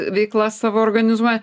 veiklas savo organizuoja